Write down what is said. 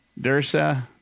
Dursa